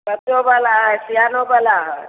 बच्चोबला हय सिआनोबला हय